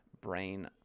brain